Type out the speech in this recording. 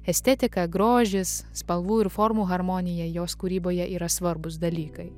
estetika grožis spalvų ir formų harmonija jos kūryboje yra svarbūs dalykai